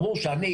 ברור שאני,